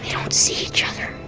don't see each other.